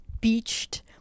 beached